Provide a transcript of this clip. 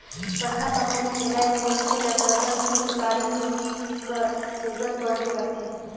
बड़का कंपनी चलाए में मइनसे ल सरलग दीर्घकालीन पूंजी कर जरूरत परबे करथे